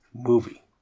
movie